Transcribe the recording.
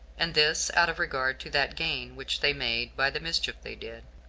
and this out of regard to that gain which they made by the mischief they did.